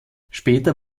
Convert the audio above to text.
später